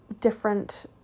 different